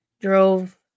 drove